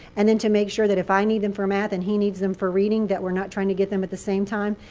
and then to make sure that if i need them for math and he needs them for reading, that we're not trying to get them at the same time,